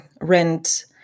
rent